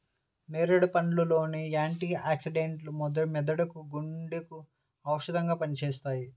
నేరేడు పండ్ల లోని యాంటీ ఆక్సిడెంట్లు మెదడుకు, గుండెకు ఔషధంగా పనిచేస్తాయి